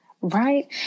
Right